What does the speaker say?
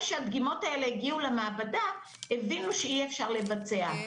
שהדגימות האלה הגיעו למעבדה הבינו שאי אפשר לבצע,